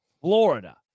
Florida